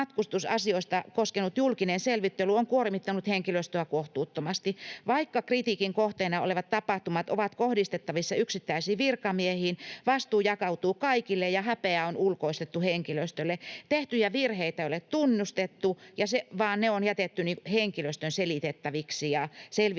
matkustusasioita koskenut julkinen selvittely on kuormittanut henkilöstöä kohtuuttomasti. Vaikka kritiikin kohteena olevat tapahtumat ovat kohdistettavissa yksittäisiin virkamiehiin, vastuu jakautuu kaikille ja häpeä on ulkoistettu henkilöstölle. Tehtyjä virheitä ei ole tunnustettu, vaan ne on jätetty henkilöstön selitettäviksi ja selviteltäviksi.